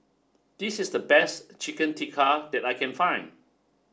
this is the best Chicken Tikka that I can find